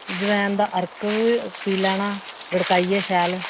जमैन दा अर्क पी लैना घड़काइयै शैल